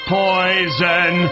poison